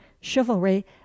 chivalry